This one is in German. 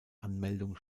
anmeldung